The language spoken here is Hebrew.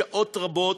שעות רבות